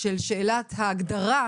שואלת אותך,